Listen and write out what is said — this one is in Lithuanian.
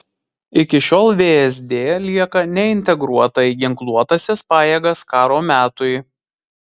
iki šiol vsd lieka neintegruota į ginkluotąsias pajėgas karo metui